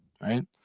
Right